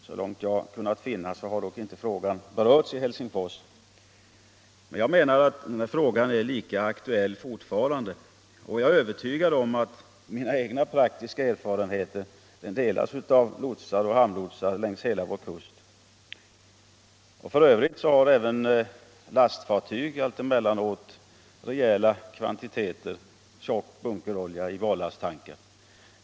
Så långt jag har kunnat finna har dock inte frågan berörts i Helsingfors. Men jag menar att frågan är lika aktuell fortfarande. Jag är övertygad om att lotsar och hamnlotsar längs vår kust har samma praktiska erfarenheter som jag. F. ö. har även lastfartyg alltemellanåt rejäla kvantiteter tjock bunkerolja i barlasttankar.